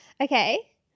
Okay